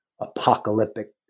apocalyptic